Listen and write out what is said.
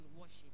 worship